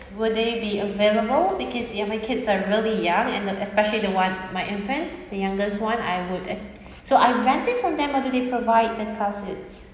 would they be available because younger kids are really young and especially the [one] my infant the youngest [one] I would uh so I rent it from them or do they provide the car seats